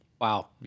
Wow